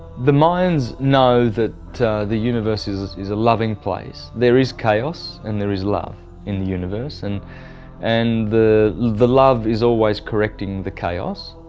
the mayans know that the universe is is a loving place, there is chaos and there is love in the universe and and the the love is always correcting the chaos.